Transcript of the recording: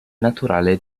naturale